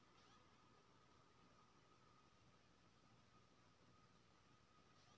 आलू के खेती करे छिये त एकरा मे प्रति एकर केतना खाद डालय के होय हय?